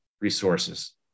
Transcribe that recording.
resources